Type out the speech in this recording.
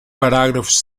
parágrafos